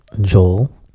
Joel